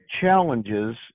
challenges